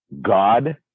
God